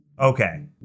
Okay